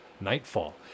nightfall